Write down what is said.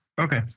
Okay